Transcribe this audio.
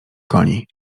koni